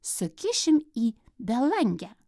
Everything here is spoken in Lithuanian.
sukišim į belangę